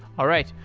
all right.